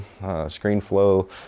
ScreenFlow